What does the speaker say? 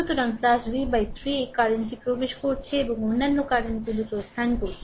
সুতরাং v 3 এই current টি প্রবেশ করছে এবং অন্যান্য কারেন্ট গুলি প্রস্থান করছে